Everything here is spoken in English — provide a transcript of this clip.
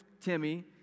Timmy